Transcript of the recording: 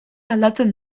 aldatzen